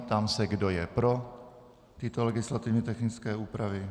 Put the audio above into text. Ptám se, kdo je pro tyto legislativně technické úpravy.